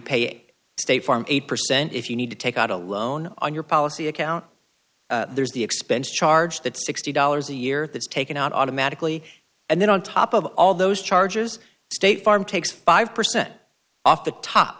pay state farm eight percent if you need to take out a loan on your policy account there's the expense charge that sixty dollars a year that is taken out automatically and then on top of all those charges state farm takes five percent off the top